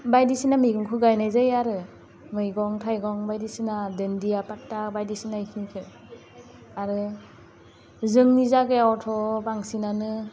बायदिसिना मैगंखौ गायनाइ जायो आरो मैगं थाइगं बायदिसिना दोनदिया फाट्टा बायदिसिना इफोरखो आरो जोंनि जागायावथ' बांसिनानो